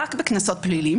רק בקנסות פליליים,